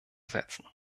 setzen